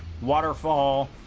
waterfall